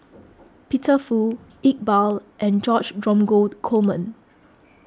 Peter Fu Iqbal and George Dromgold Coleman